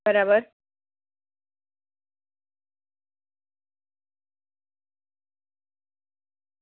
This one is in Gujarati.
બરાબર